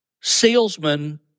salesman